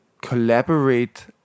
collaborate